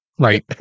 Right